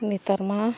ᱱᱮᱛᱟᱨ ᱢᱟ